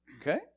Okay